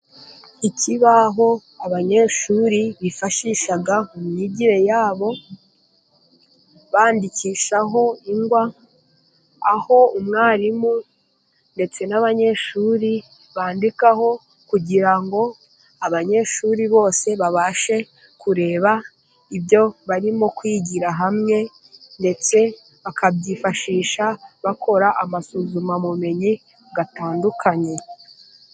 Ikibaho abanyeshuri bifashisha mu myigire yabo ,bandikishaho ingwa ,aho umwarimu ndetse n'abanyeshuri bandikaho, kugira ngo abanyeshuri bose babashe kureba ibyo barimo kwigira hamwe ,ndetse bakabyifashisha bakora amasuzumabumenyi gatandukanye.